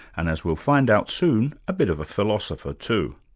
and, as we'll find out soon, a bit of a philosopher too.